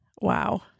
Wow